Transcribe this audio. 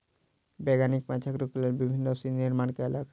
वैज्ञानिक माँछक रोग के लेल विभिन्न औषधि निर्माण कयलक